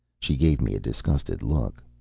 she gave me a disgusted look.